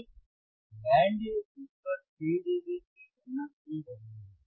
एक बैंड है जिस पर 3 डीबी की गणना की जानी है